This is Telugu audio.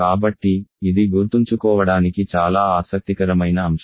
కాబట్టి ఇది గుర్తుంచుకోవడానికి చాలా ఆసక్తికరమైన అంశం